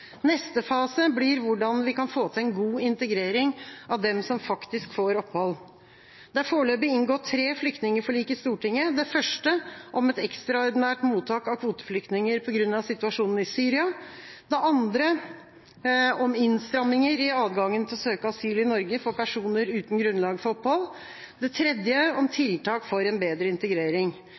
Neste fase blir hvordan vi kan få til en god integrering av dem som faktisk får opphold. Det er foreløpig inngått tre flyktningforlik i Stortinget, det første om et ekstraordinært mottak av kvoteflyktninger på grunn av situasjonen i Syria, det andre om innstramminger i adgangen til å søke asyl i Norge for personer uten grunnlag for opphold, det tredje om tiltak for en bedre integrering.